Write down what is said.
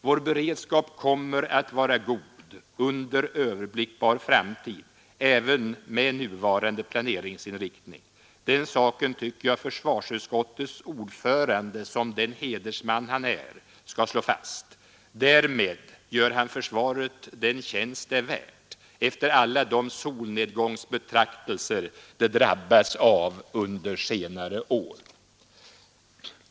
Vår beredskap kommer att vara god, under överblickbar framtid, även med nuvarande planeringsinriktning. Den saken tycker jag försvarsutskottets ordförande, som den hedersman han är, skall slå fast. Därmed gör han försvaret den tjänst det är värt, efter alla de solnedgångsbetraktelser det drabbats av under senare år.